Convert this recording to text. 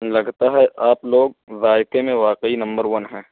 لگتا ہے آپ لوگ ذائقے میں واقعی نمبر ون ہیں